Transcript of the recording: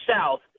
south